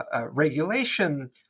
regulation